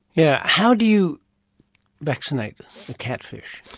yeah how do you vaccinate a catfish?